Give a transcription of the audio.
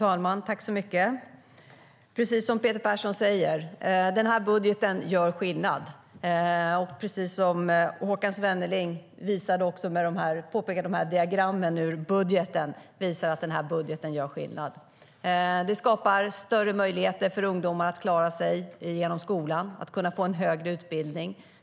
Fru talman! Precis som Peter Persson säger gör denna budget skillnad. Precis som Håkan Svenneling påpekade när han tog upp diagrammen gör denna budget skillnad. Budgeten skapar större möjligheter för ungdomar att klara sig genom skolan och få en högre utbildning.